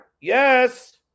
Yes